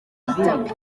itapi